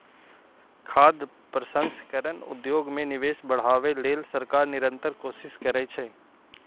खाद्य प्रसंस्करण उद्योग मे निवेश बढ़ाबै लेल सरकार निरंतर कोशिश करै छै